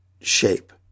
shape